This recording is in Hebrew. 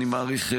אני מעריך,